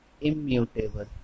immutable